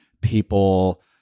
people